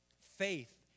Faith